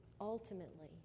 ultimately